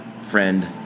friend